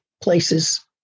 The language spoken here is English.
places